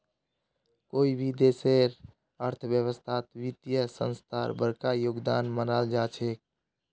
कोई भी देशेर अर्थव्यवस्थात वित्तीय संस्थार बडका योगदान मानाल जा छेक